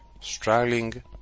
struggling